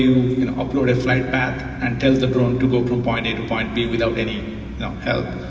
you upload a flight path and tell the drone to go from point a to point b without any help.